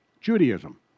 Judaism